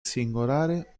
singolare